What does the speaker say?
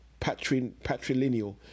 Patrilineal